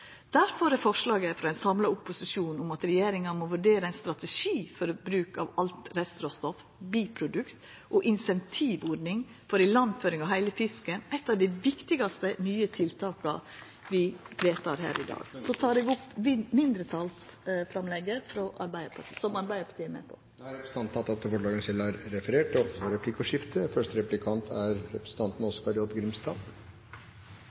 er forslaget frå ein samla opposisjon om at regjeringa må vurdera ein strategi for bruk av alt restråstoff/biprodukt og insentivordning for ilandføring av heile fisken, eit av dei viktigaste nye tiltaka vi vedtek her i dag. Eg tek opp mindretalsframlegget som Arbeidarpartiet er med på. Representanten Ingrid Heggø har tatt opp det forslaget hun refererte til. Det blir replikkordskifte.